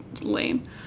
lame